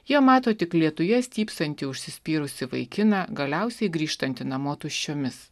jie mato tik lietuje stypsantį užsispyrusį vaikiną galiausiai grįžtantį namo tuščiomis